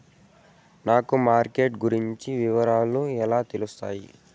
నాకు మార్కెట్ గురించి వివరాలు ఎలా తెలుస్తాయి?